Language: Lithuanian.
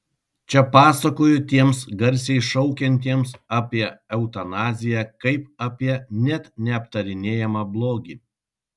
čia pasakoju tiems garsiai šaukiantiems apie eutanaziją kaip apie net neaptarinėjamą blogį